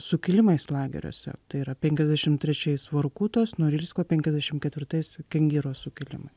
sukilimais lageriuose tai yra penkiasdešimt trečiais vorkutos norilsko penkiasdešimt ketvirtais kengyro sukilimai